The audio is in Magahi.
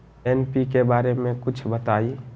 एन.पी.के बारे म कुछ बताई?